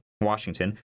Washington